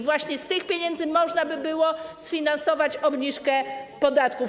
Właśnie z tych pieniędzy można by było sfinansować obniżkę podatków.